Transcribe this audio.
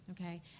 okay